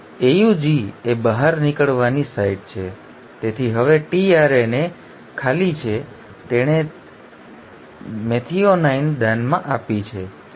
AUG એ બહાર નીકળવાની સાઇટ છે તેથી હવે tRNA ખાલી છે તેણે તેની મેથિઓનાઇન દાનમાં આપી છે